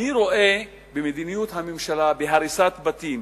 אני רואה במדיניות הממשלה בהריסת בתים